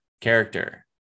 character